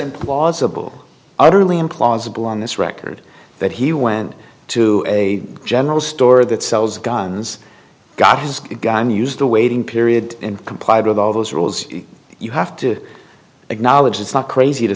implausible utterly implausible on this record that he went to a general store that sells guns got his gun use the waiting period and complied with all those rules you have to acknowledge it's not crazy to